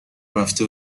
رفته